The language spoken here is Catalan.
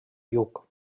lluc